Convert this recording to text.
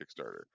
Kickstarter